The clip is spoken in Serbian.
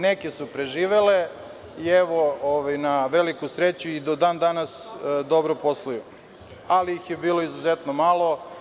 Neke su preživele i na veliku sreću do dan danas dobro posluju, ali bilo ih je izuzetno malo.